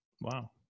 Wow